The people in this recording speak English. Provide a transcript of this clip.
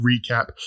recap